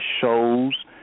shows